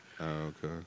Okay